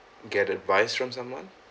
get advice from someone